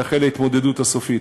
תחל ההתמודדות הסופית.